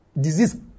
Disease